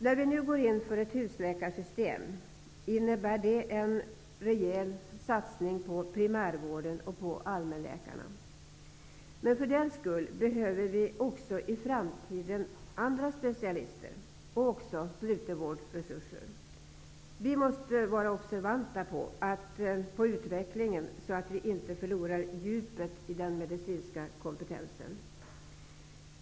När vi nu går in för ett husläkarsystem innebär det en rejäl satsning på primärvården och på allmänläkarna. Men för den skull behöver vi inte i framtiden utesluta andra specialister och slutenvårdsresurser. Vi måste vara observanta på utvecklingen, så att vi inte förlorar djupet i den medicinska kompetensen.